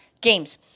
games